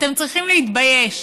אתם צריכים להתבייש.